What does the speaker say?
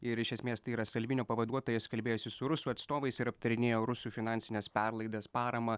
ir iš esmės tai yra salvinio pavaduotojas kalbėjosi su rusų atstovais ir aptarinėjo rusų finansines perlaidas paramą